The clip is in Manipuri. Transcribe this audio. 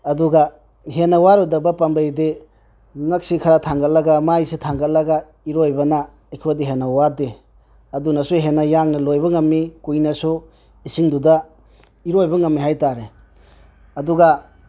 ꯑꯗꯨꯒ ꯍꯦꯟꯅ ꯋꯥꯔꯣꯏꯗꯕ ꯄꯥꯝꯕꯩꯗꯤ ꯉꯛꯁꯤ ꯈꯔ ꯊꯥꯒꯠꯂꯒ ꯃꯥꯏꯁꯤ ꯊꯪꯒꯠꯂꯒ ꯏꯔꯣꯏꯕꯅ ꯑꯩꯈꯣꯏꯗ ꯍꯦꯟꯅ ꯋꯥꯗꯦ ꯑꯗꯨꯅꯁꯨ ꯍꯦꯟꯅ ꯌꯥꯡꯅ ꯂꯣꯏꯕ ꯉꯝꯃꯤ ꯀꯨꯏꯅꯁꯨ ꯏꯁꯤꯡꯗꯨꯗ ꯏꯔꯣꯏꯕ ꯉꯝꯃꯤ ꯍꯥꯏꯇꯥꯔꯦ ꯑꯗꯨꯒ